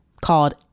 called